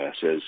says